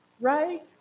right